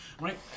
right